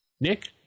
Nick